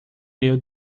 meio